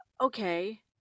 okay